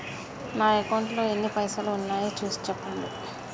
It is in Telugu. నా అకౌంట్లో ఎన్ని పైసలు ఉన్నాయి చూసి చెప్పండి?